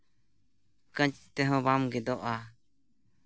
ᱠᱟᱹᱪ ᱛᱮᱦᱚᱸ ᱵᱟᱢ ᱜᱮᱫᱚᱜᱼᱟ